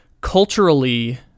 culturally